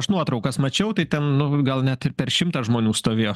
aš nuotraukas mačiau tai ten gal net ir per šimtą žmonių stovėjo